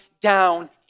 down